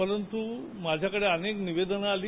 परंतु माझ्याकडे अनेक निवेदन आली